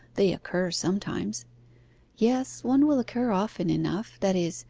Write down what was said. they occur sometimes yes, one will occur often enough that is,